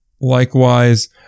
Likewise